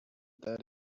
that